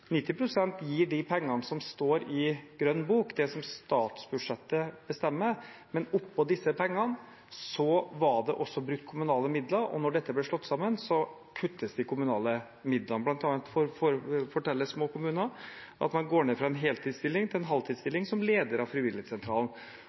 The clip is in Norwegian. gir de pengene som står i grønn bok, det som statsbudsjettet bestemmer, men oppe på disse pengene var det også brukt kommunale midler, og når dette ble slått sammen, kuttes de kommunale midlene. Blant annet forteller små kommuner at man går ned fra en heltidsstilling til en